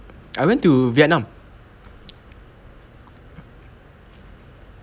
I went to vietnam